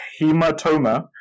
hematoma